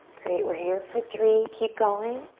great, we're here for three. keep going.